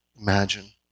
imagine